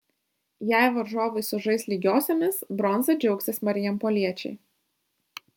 jei varžovai sužais lygiosiomis bronza džiaugsis marijampoliečiai